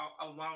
alone